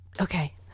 Okay